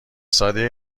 ساده